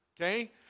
okay